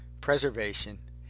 preservation